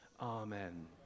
Amen